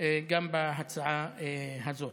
גם בהצעה הזאת.